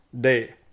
day